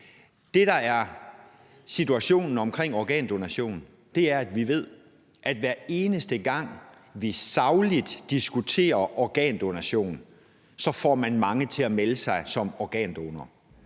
Det, der er situationen med organdonation, er, at vi ved, at hver eneste gang vi sagligt diskuterer organdonation, får man mange til at melde sig som organdonor.